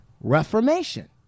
reformation